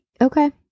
Okay